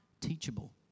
teachable